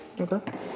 Okay